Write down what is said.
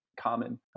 common